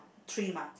three mah